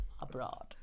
Abroad